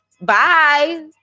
bye